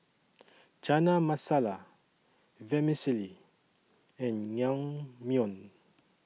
Chana Masala Vermicelli and Naengmyeon